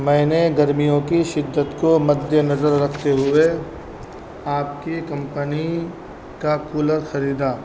میں نے گرمیوں کی شدت کو مد نظر رکھتے ہوئے آپ کی کمپنی کا کولر خریدا